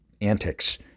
antics